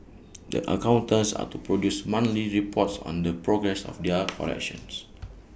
the accountants are to produce monthly reports on the progress of their corrections